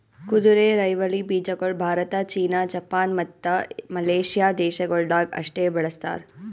ಕುದುರೆರೈವಲಿ ಬೀಜಗೊಳ್ Bharat, China, Japan, ಮತ್ತ ಮಲೇಷ್ಯಾ ದೇಶಗೊಳ್ದಾಗ್ ಅಷ್ಟೆ ಬೆಳಸ್ತಾರ್